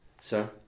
Sir